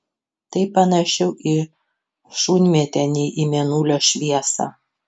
tai panašiau į šunmėtę nei į mėnulio šviesą